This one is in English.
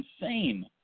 insane